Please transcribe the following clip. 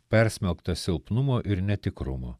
persmelktas silpnumo ir netikrumo